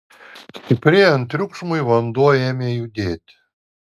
stiprėjant triukšmui vanduo ėmė judėti